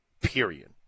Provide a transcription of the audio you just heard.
period